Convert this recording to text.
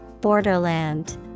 Borderland